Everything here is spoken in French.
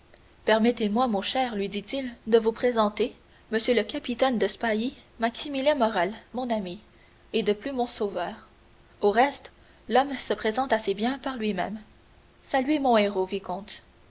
permettez-moi mon cher lui dit-il de vous présenter m le capitaine de spahis maximilien morrel mon ami et de plus mon sauveur au reste l'homme se présente assez bien par lui-même saluez mon héros vicomte